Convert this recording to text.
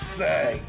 say